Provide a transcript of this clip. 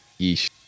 Yeesh